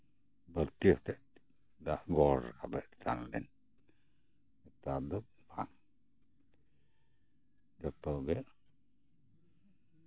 ᱵᱟᱹᱞᱛᱤ ᱟᱛᱮᱜ ᱫᱟᱜ ᱜᱚᱦᱚᱲ ᱨᱟᱠᱟᱵᱮᱜ ᱛᱟᱦᱮᱱ ᱞᱮ ᱱᱮᱛᱟᱨ ᱫᱚ ᱵᱟᱝ ᱡᱚᱛᱚ ᱜᱮ